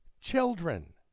children